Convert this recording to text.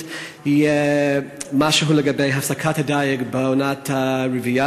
יהיה משהו לגבי הפסקת הדיג בעונת הרבייה,